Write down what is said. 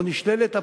או נשללה,